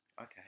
okay